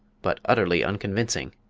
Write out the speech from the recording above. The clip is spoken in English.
but utterly unconvincing,